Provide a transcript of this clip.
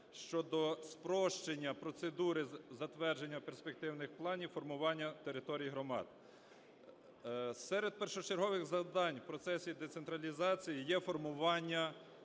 (щодо спрощення процедури затвердження перспективних планів формування територій громад). Серед першочергових завдань в процесі децентралізації є формування